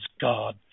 God